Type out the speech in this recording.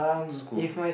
school